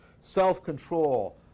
self-control